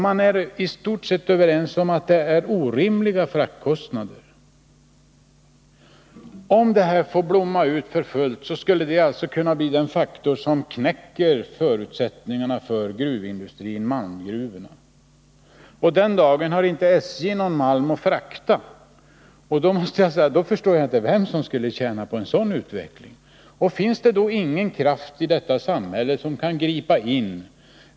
Man är i stort sett överens om att det är orimliga fraktkostnader, och om detta får blomma ut fullt kan det bli den faktor som knäcker förutsättningarna för malmgruvorna. Den dagen har SJ inte någon malm att frakta. Då förstår jag inte vem som skulle tjäna på en sådan utveckling. Finns det då ingen kraft i detta samhälle som kan gripa in?